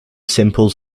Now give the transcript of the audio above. simple